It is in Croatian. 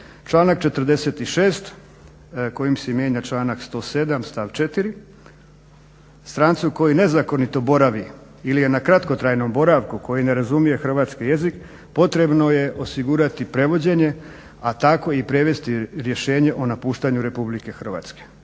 Članak 46. kojim se mijenja članak 107. stav 4., strancu koji nezakonito boravi ili je na kratkotrajnom boravku, koji ne razumije hrvatski jezik, potrebno je osigurati prevođenje, a tako i prevesti rješenje o napuštanju Republike Hrvatske,